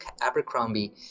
Abercrombie